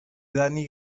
dani